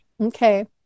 okay